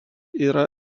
yra